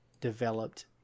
developed